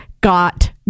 got